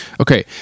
Okay